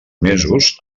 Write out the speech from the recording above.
mesos